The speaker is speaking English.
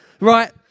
right